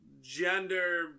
gender